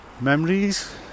memories